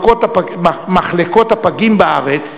מחלקות הפגים בארץ,